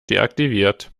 deaktiviert